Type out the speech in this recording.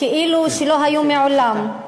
כאילו שלא היו מעולם.